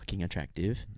Attractive